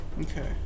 Okay